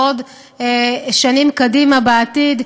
בעוד שנים קדימה בעתיד,